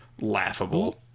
laughable